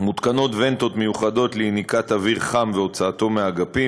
מותקנות ונטות מיוחדות ליניקת אוויר חם והוצאתו מהאגפים,